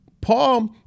Paul